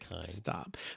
Stop